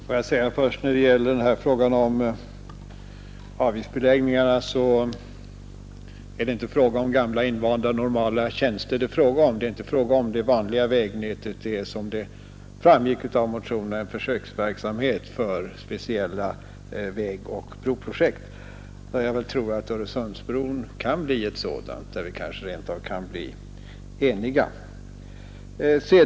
Herr talman! Låt mig först när det gäller avgiftsbeläggningen säga att det inte var fråga om gamla, invanda, normala tjänster. Det var inte fråga om det vanliga vägnätet, utan det gällde, såsom framgick av motionerna, en försöksverksamhet för speciella vägoch broprojekt. Jag tror att Öresundsbron kan bli ett sådant, som vi kanske kan bli eniga om.